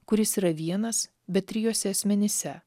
kuris yra vienas bet trijuose asmenyse